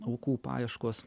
aukų paieškos